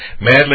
madly